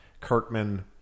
Kirkman